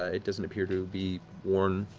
ah it doesn't appear to be worn,